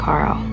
Carl